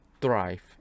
thrive